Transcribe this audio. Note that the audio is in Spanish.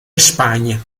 españa